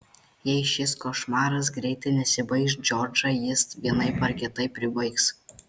jei šis košmaras greitai nesibaigs džordžą jis vienaip ar kitaip pribaigs